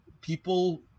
people